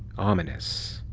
ominous.